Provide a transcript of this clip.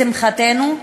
לשמחתנו,